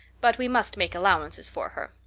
but we must make allowances for her.